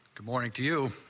good morning to you